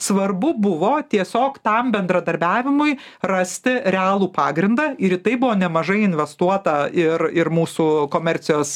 svarbu buvo tiesiog tam bendradarbiavimui rasti realų pagrindą ir į tai buvo nemažai investuota ir ir mūsų komercijos